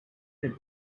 did